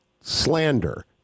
slander